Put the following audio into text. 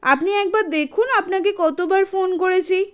আপনি একবার দেখুন আপনাকে কতবার ফোন করেছি